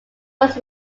was